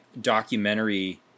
documentary